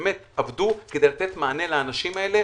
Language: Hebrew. באמת, עבדו כדי לתת מענה לאנשים האלה